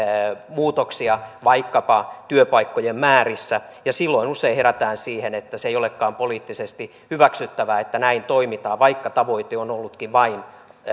muutoksia vaikkapa työpaikkojen määrissä ja silloin usein herätään siihen että se ei olekaan poliittisesti hyväksyttävää että näin toimitaan vaikka tavoite on ollutkin vain